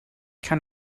kann